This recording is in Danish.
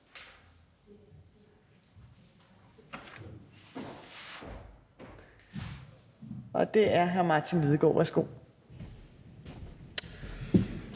Og det er hr. Martin Lidegaard. Værsgo.